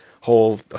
whole